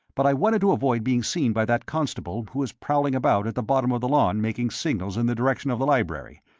but i wanted to avoid being seen by that constable who is prowling about at the bottom of the lawn making signals in the direction of the library.